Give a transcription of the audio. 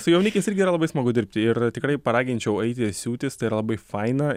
su jaunikiais irgi yra labai smagu dirbti ir tikrai paraginčiau aiti siūtis tai yra labai faina